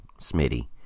Smitty